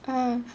uh